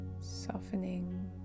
softening